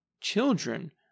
children